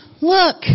look